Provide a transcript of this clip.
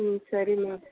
ம் சரி மேம்